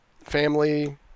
family